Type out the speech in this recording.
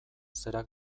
zera